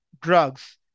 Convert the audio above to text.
drugs